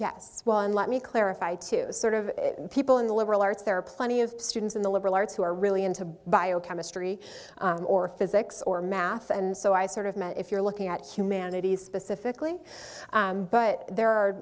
one let me clarify to sort of people in the liberal arts there are plenty of students in the liberal arts who are really into bio chemistry or physics or math and so i sort of met if you're looking at humanities specifically but there are